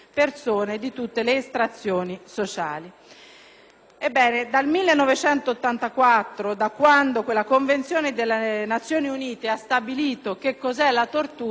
Ebbene, dal 1984, da quando cioè la Convenzione delle Nazioni Unite ha stabilito che cos'è la tortura, in Italia si aspetta di introdurre